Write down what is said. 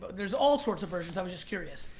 there's all sorts of versions, i was just curious.